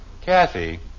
Kathy